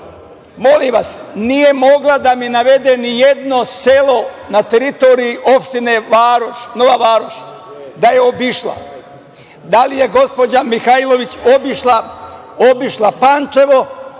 molim vas, nije mogla da mi navede ni jedno selo na teritoriji opštine Nova Varoš, da je obišla. Da li je gospođa Mihajlović obišla Pančevo